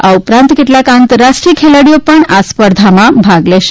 આ ઉપરાંત કેટલાક આંતરરાષ્ટ્રીય ખેલાડીઓ પણ આ સ્પર્ધામાં ભાગ લેશે